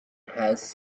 has